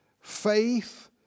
faith